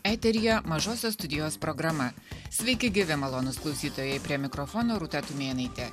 eteryje mažosios studijos programa sveiki gyvi malonūs klausytojai prie mikrofono rūta tumėnaitė